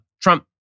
Trump